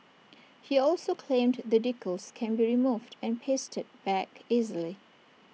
he also claimed the decals can be removed and pasted back easily